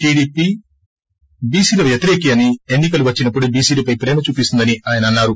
TDP బీసీల వ్యతిరేకి అని ఎన్నికలు వచ్చినప్పుడే బీసీలపై ప్రేమ చూపిస్తుందని ఆయన అన్నారు